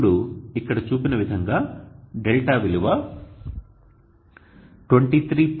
ఇప్పుడు ఇక్కడ చూపిన విధంగా δ విలువ 23